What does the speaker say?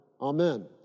Amen